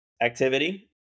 activity